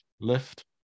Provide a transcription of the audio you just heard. Lift